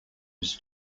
was